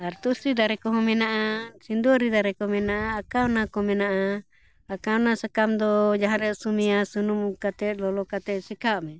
ᱟᱨ ᱛᱩᱥᱨᱤ ᱫᱟᱨᱮ ᱠᱚᱦᱚᱸ ᱢᱮᱱᱟᱜᱼᱟ ᱥᱤᱸᱫᱩᱣᱨᱤ ᱫᱟᱨᱮ ᱠᱚ ᱢᱮᱱᱟᱜᱼᱟ ᱟᱠᱟᱣᱱᱟ ᱠᱚ ᱢᱮᱱᱟᱜᱼᱟ ᱟᱠᱟᱣᱱᱟ ᱥᱟᱠᱟᱢ ᱫᱚ ᱡᱟᱦᱟᱸ ᱨᱮ ᱟᱹᱥᱩᱢᱮᱭᱟ ᱥᱩᱱᱩᱢ ᱠᱟᱛᱮ ᱞᱚᱞᱚ ᱠᱟᱛᱮ ᱥᱮᱠᱷᱟᱣ ᱢᱮᱭᱟ